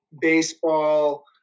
baseball